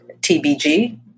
TBG